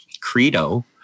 credo